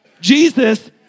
Jesus